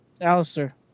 Alistair